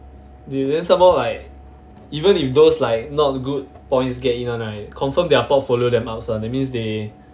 dude then somemore like even if those like not good points get in one right confirm their portfolio damn upz [one] that means they